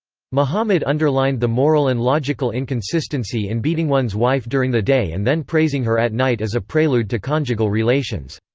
muhammad underlined the moral and logical inconsistency in beating one's wife during the day and then praising her at night as a prelude to conjugal relations.